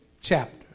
chapter